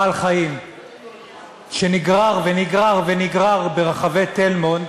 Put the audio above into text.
בעל-חיים שנגרר ונגרר ונגרר ברחבי תל-מונד.